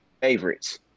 favorites